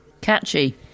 Catchy